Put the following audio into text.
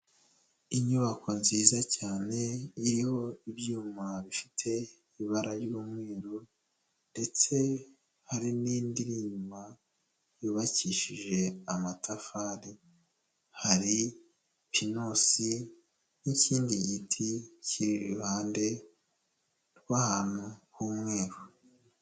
Inyubako nziza cyane iriho ibyuma bifite ibara ry'umweru ndetse hari n'indi iri inyuma yubakishije amatafari, hari pinusi n'ikindi giti kiri iruhande rw'ahantu h'umweru,